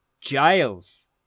Giles